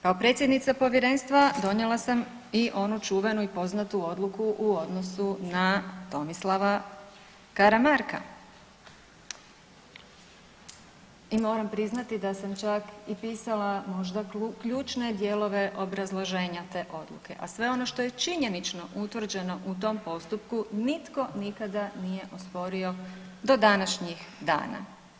Kao predsjednica povjerenstva donijela sam i onu čuvenu i poznatu odluku u odnosu na Tomislava Karamarka i moram priznati da sam čak i pisala možda ključne dijelove obrazloženja te odluke, a sve ono što je činjenično utvrđeno u tom postupku nitko nikada nije osporio do današnjih dana.